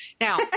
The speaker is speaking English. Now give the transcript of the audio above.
Now